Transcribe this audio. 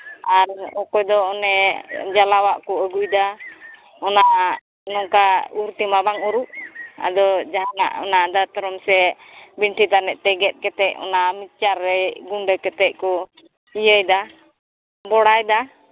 ᱟᱨ ᱚᱠᱚᱭᱫᱚ ᱚᱱᱮ ᱡᱟᱞᱟᱣᱟᱜ ᱠᱚ ᱟᱹᱜᱩᱭᱮᱫᱟ ᱚᱱᱟ ᱚᱱᱠᱟ ᱩᱨ ᱛᱮᱢᱟ ᱵᱟᱝ ᱩᱨᱩᱜ ᱟᱫᱚ ᱡᱟᱦᱟᱱᱟᱜ ᱚᱱᱟ ᱫᱟᱛᱨᱚᱢ ᱥᱮ ᱵᱷᱤᱱᱴᱤ ᱛᱟᱱᱤᱡ ᱛᱮ ᱜᱮᱫ ᱠᱟᱛᱮᱫ ᱚᱱᱟ ᱢᱤᱠᱥᱪᱟᱨ ᱨᱮ ᱜᱩᱰᱟᱹ ᱠᱟᱛᱮᱫ ᱠᱚ ᱤᱭᱟᱹᱭᱮᱫᱟ ᱵᱷᱚᱨᱟᱣᱮᱫᱟ